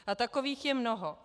A takových je mnoho.